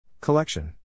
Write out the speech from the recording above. Collection